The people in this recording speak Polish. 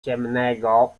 ciemnego